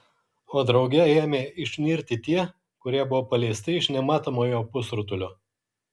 o drauge ėmė išnirti tie kurie buvo paleisti iš nematomojo pusrutulio